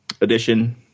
edition